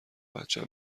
بچه